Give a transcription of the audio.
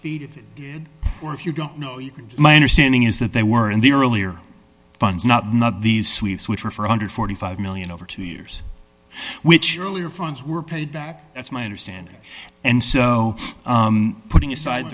feet if it did or if you don't know you can my understanding is that they were in the earlier funds not not these sweeps which were for under forty five million over two years which earlier funds were paid back that's my understanding and so putting aside